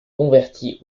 convertie